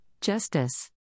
Justice